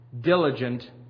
Diligent